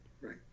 right